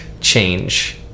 change